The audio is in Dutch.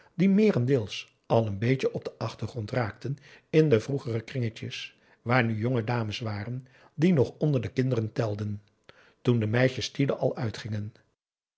die meerendeels al n beetje op den achtergrond raakten in de vroegere kringetjes waar nu jonge dames waren die nog onder de kinderen telden toen de meisjes tiele al uitgingen